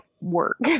work